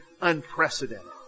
unprecedented